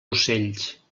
ocells